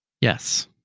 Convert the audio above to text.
Yes